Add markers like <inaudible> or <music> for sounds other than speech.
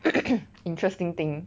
<noise> interesting thing